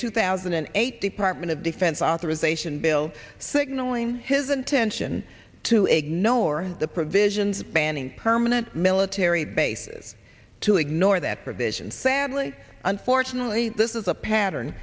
two thousand and eight department of defense authorization bill signaling his intention to ignore the provisions banning permanent military bases to ignore that provision sadly unfortunately this is a pattern